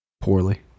Poorly